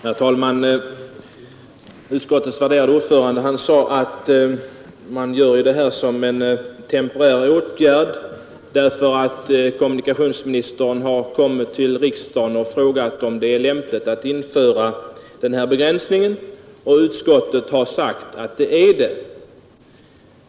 Herr talman! Utskottets värderade ordförande sade att man är beredd att genomföra en temporär åtgärd när nu kommunikationsministern har kommit till riksdagen och frågat om det är lämpligt att införa begränsningar i trafiken med tyngre fordon.